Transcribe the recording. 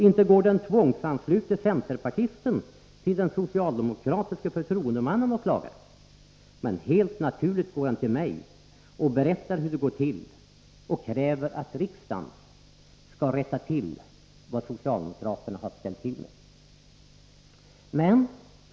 Inte går den tvångsanslutne centerpartisten till den socialdemokratiske förtroendemannen och klagar, men helt naturligt går han till mig och berättar hur det går till och kräver att riksdagen skall rätta till vad socialdemokraterna har ställt till med.